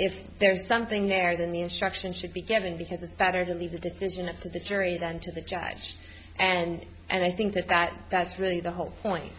if there's something there then the instruction should be given because it's better to leave the decision up to the jury than to the judge and and i think that that that's really the whole point